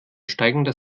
steigender